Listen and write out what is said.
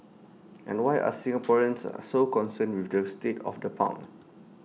and why are Singaporeans are so concerned with the state of the pound